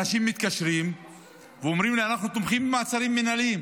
אנשים מתקשרים ואומרים לי: אנחנו תומכים במעצרים מינהליים.